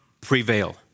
prevail